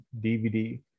DVD